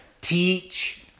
teach